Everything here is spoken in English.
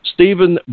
Stephen